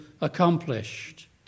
accomplished